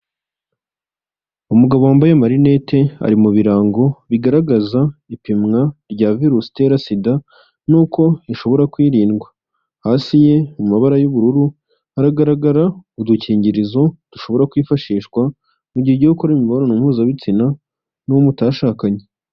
Umugabo wambaye amarinete ari mu birango bigaragaza ipimwa rya Virusi itera Sida nuko ishobora kwirindwa. Hasi ye mu mabara y'ubururu haragaragara udukingirizo dushobora kwifashishwa mu gihe ugiye gukora imibonano mpuzabitsina n'uwo mutashakanye.